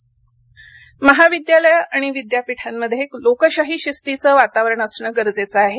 राज्यपाल महाविद्यालय आणि विद्यापीठांमध्ये लोकशाही शिस्तीचं वातावरण असण गरजेचं आहे